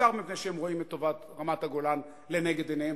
בעיקר מפני שהם רואים את טובת רמת-הגולן לנגד עיניהם,